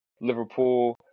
Liverpool